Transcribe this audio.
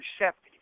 receptive